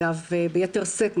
ביתר שאת,